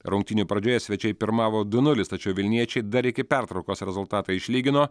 rungtynių pradžioje svečiai pirmavo du nulis tačiau vilniečiai dar iki pertraukos rezultatą išlygino